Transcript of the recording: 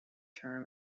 term